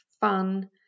fun